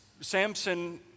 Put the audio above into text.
Samson